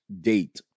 date